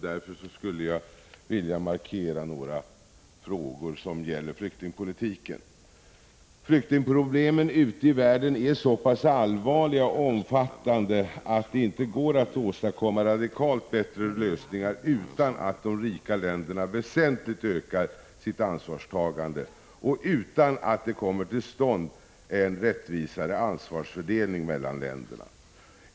Därför skulle jag vilja göra några markeringar som gäller flyktingpolitiken. Flyktingproblemen ute i världen är så pass allvarliga och omfattande att det inte går att åstadkomma radikalt bättre lösningar utan att de rika länderna väsentligt ökar sitt ansvarstagande och utan att det kommer till stånd en rättvisare ansvarsfördelning mellan länderna.